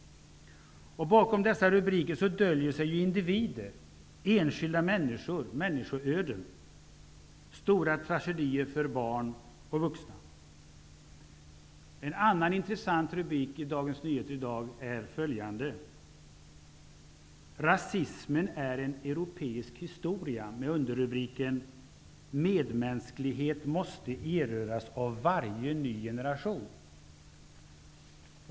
Bakom dessa rubriker döljer sig individer, enskilda människor, människoöden och stora tragedier för barn och vuxna. En annan intressant rubrik i Dagens Nyheter i dag är följande: ''Rasismen är en europeisk historia''. Underrubriken lyder: ''Medmänsklighet måste erövras av varje ny generation''.